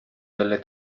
delle